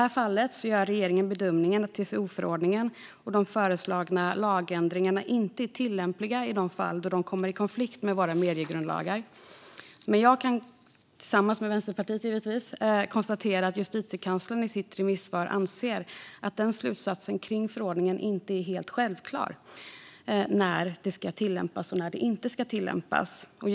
Regeringen gör bedömningen att TCO-förordningen och de i propositionen föreslagna lagändringarna inte är tillämpliga i de fall då de kommer i konflikt med våra mediegrundlagar. Jag och Vänsterpartiet noterar dock att Justitiekanslern i sitt remissvar anser att slutsatsen gällande när förordningen ska tillämpas och när den inte ska tillämpas inte är helt självklar.